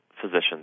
physicians